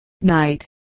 Night